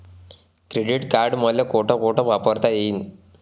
Credit card मले कोठ कोठ वापरता येईन?